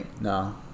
No